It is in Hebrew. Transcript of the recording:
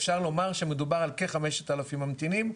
אפשר לומר שמדובר על כ-5,000 ממתינים,